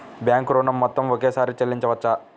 Bank ఋణం మొత్తము ఒకేసారి చెల్లించవచ్చా?